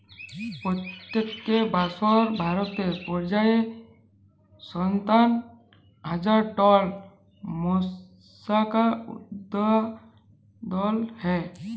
পইত্তেক বসর ভারতে পর্যায়ে সাত্তান্ন হাজার টল মোলাস্কাস উৎপাদল হ্যয়